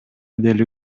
деле